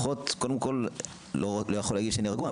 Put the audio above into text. אני לא יכול להגיד שאני רגוע,